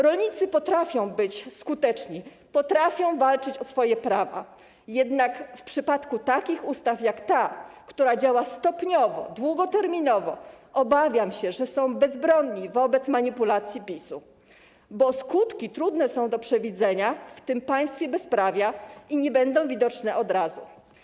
Rolnicy potrafią być skuteczni, potrafią walczyć o swoje prawa, jednak w przypadku takich ustaw jak ta, która działa stopniowo, długoterminowo, obawiam się, że są bezbronni wobec manipulacji PiS-u, bo skutki trudne są do przewidzenia w tym państwie bezprawia i nie będą widoczne od razu.